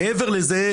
מעבר לזה,